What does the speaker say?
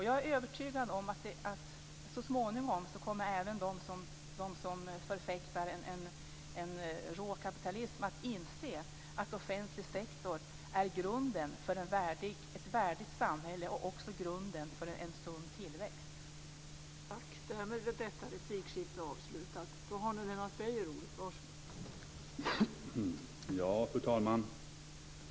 Jag är övertygad om att även de som förfäktar en rå kapitalism så småningom kommer att inse att offentlig sektor är grunden för ett värdigt samhälle - och också grunden för en sund tillväxt.